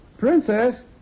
Princess